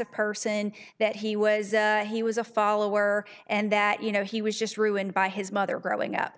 e person that he was he was a follower and that you know he was just ruined by his mother growing up